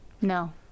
no